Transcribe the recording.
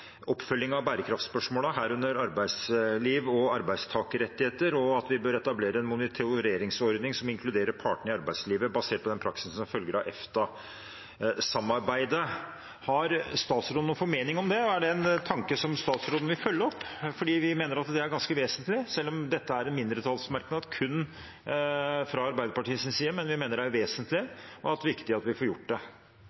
oppfølging av bærekraftsspørsmålene, herunder arbeidsliv og arbeidstakerrettigheter, og at vi bør etablere en monitoreringsordning som inkluderer partene i arbeidslivet, basert på den praksisen som følger av EFTA-samarbeidet. Har statsråden noen formening om det, og er det en tanke som statsråden vil følge opp? Vi mener det er ganske vesentlig. Selv om dette er en mindretallsmerknad fra kun Arbeiderpartiets side, mener vi det er vesentlig